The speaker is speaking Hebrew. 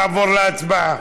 נעבור להצבעה.